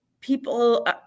people